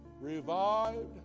revived